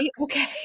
Okay